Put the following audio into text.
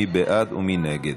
מי בעד ומי נגד?